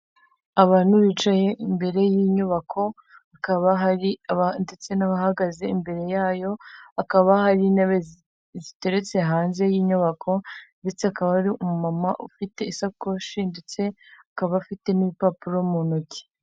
Abantu bicaye imbere y'inyubako, hakaba hari ndetse n'abahagaze imbere yayo hakaba haribe ziteretse hanze y'inyubako, ndetse akaba ari umumama ufite isakoshi, ndetse akaba afite n'impapuro mu ntoki.